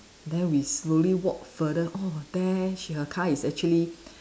then we slowly walk further oh there she her car is actually